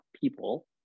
people